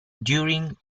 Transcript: during